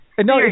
No